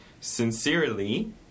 Sincerely